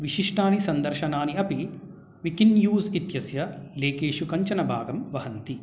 विशिष्टानि सन्दर्शनानि अपि विकिन्यूज़् इत्यस्य लेखेषु कञ्चन भागं वहन्ति